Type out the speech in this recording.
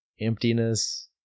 emptiness